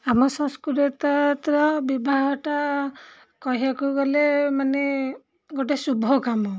ଆମ ବିବାହଟା କହିବାକୁ ଗଲେ ମାନେ ଗୋଟେ ଶୁଭ କାମ